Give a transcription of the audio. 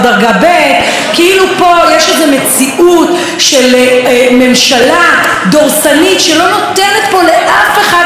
כאילו יש פה מציאות של ממשלה דורסנית שלא נותנת לאף אחד להשמיע את קולו.